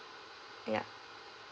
ya